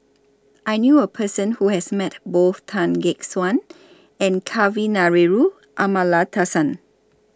I knew A Person Who has Met Both Tan Gek Suan and Kavignareru Amallathasan